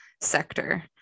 sector